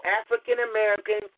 African-American